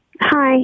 Hi